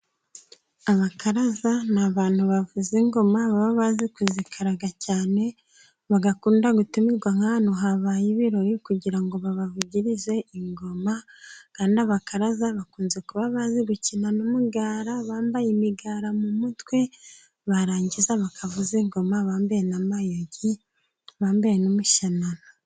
Abakaraza ni abantu bavuza ingoma, baba bazi kuzikaraga cyane. Bagakunda gutumirwa ahantu habaye ibirori kugira ngo babavugirize ingoma. Kandi abakaraza bakunze kuba bazi gukina n'umugara bambaye imigara mu mutwe, barangiza bakavuza ingoma bambaye n'amayogi, bambaye n'imishanana.